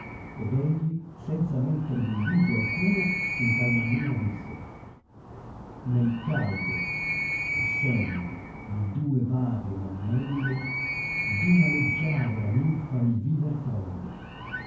ed egli senza mettervi indugio alcuno in tal maniera disse nel caldo sen di due vaghe mammelle d una leggiadra ninfa il viver prendo